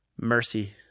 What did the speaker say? Mercy